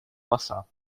masa